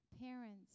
parents